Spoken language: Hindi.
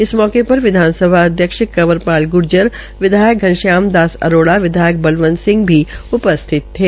इस अवसर पर विधानसभा अध्यक्ष कंवर पाल ग्र्जर विधायक घनश्याम दास अरोड़ा विधायक बलवंत सिंह भी मौजूद थे